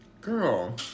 girl